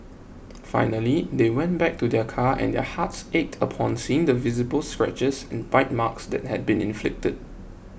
finally they went back to their car and their hearts ached upon seeing the visible scratches and bite marks that had been inflicted